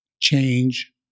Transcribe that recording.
change